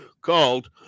called